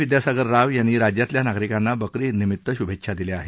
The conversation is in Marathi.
विद्यासागर राव यांनी राज्यातल्या नागरिकांना बकरी ईद निमित्त शुभेच्छा दिल्या आहेत